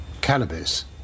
cannabis